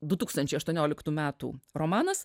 du tūkstančiai aštuonioliktų metų romanas